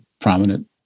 prominent